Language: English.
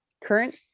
current